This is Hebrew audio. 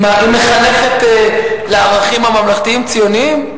היא מחנכת לערכים ממלכתיים-ציוניים?